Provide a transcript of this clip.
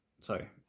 sorry